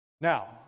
Now